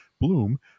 bloom